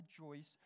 rejoice